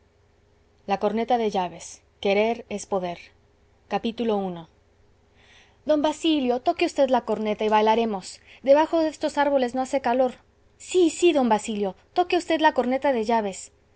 la corneta de llaves querer es poder i don basilio toque v la corneta y bailaremos debajo de estos árboles no hace calor sí sí d basilio toque v la corneta de llaves